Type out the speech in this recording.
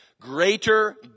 Greater